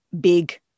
big